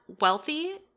wealthy